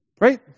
Right